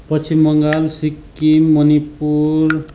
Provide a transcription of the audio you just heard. Paschim Bengal Sikkim Manipur